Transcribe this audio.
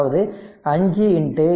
அதாவது 5 8